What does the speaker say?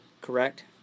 correct